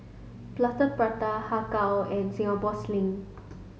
Plaster Prata Har Kow and Singapore sling